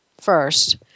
first